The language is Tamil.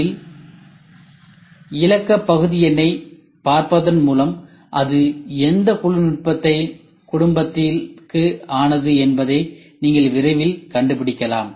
அதில் இலக்க பகுதி எண்ணைப் பார்ப்பதன் மூலம் இது எந்த குழு தொழில்நுட்ப குடும்பத்திற்கு ஆனது என்பதை நீங்கள் விரைவில் கண்டுபிடிக்கலாம்